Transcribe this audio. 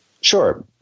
Sure